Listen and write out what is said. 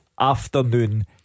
afternoon